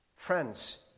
Friends